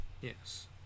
Yes